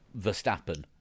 Verstappen